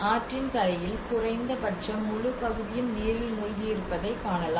ஆற்றின் கரையில் குறைந்த பட்சம் முழுப் பகுதியும் நீரில் மூழ்கியிருப்பதைக் காணலாம்